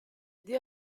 the